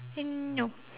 hmm no